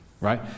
right